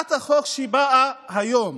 הצעת החוק שבאה היום